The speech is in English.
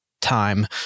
time